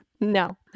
no